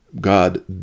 God